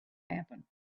happen